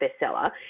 bestseller